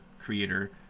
creator